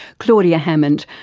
claudia hammond,